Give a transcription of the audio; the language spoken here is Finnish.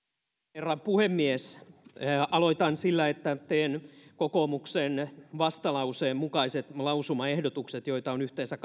herra puhemies aloitan sillä että teen kokoomuksen vastalauseen mukaiset lausumaehdotukset joita on yhteensä